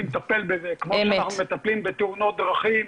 לטפל בה כמו שאנחנו מטפלים בתאונות דרכים.